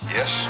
Yes